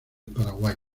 paraguay